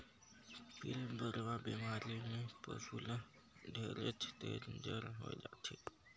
पिलबढ़वा बेमारी में पसु ल ढेरेच तेज जर होय जाथे